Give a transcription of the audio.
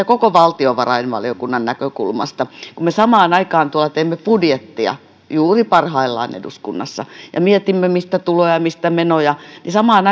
koko valtiovarainvaliokunnan näkökulmasta kun me samaan aikaan teemme budjettia juuri parhaillaan eduskunnassa ja mietimme mistä tuloja ja mistä menoja niin samaan